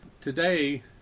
Today